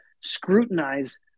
scrutinize